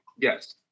yes